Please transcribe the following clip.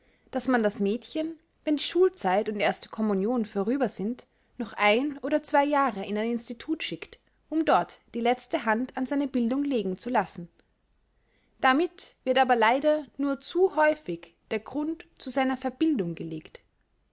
daß man das mädchen wenn die schulzeit und erste communion vorüber sind noch ein oder zwei jahre in ein institut schickt um dort die letzte hand an seine bildung legen zu lassen damit wird aber leider nur zu häufig der grund zu seiner verbildung gelegt